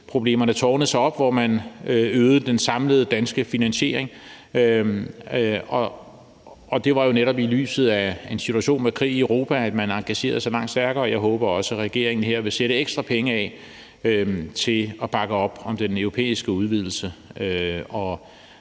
miljøproblemerne tårnede sig op, hvor man øgede den samlede danske finansiering. Og det var jo netop i lyset af en situation med krig i Europa, at man engagerede sig langt stærkere, og jeg håber også, at regeringen her vil sætte ekstra penge af til at bakke op om den europæiske udvidelse